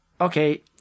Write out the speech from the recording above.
Okay